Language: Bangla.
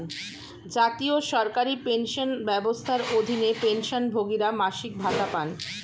জাতীয় সরকারি পেনশন ব্যবস্থার অধীনে, পেনশনভোগীরা মাসিক ভাতা পান